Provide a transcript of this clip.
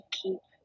keep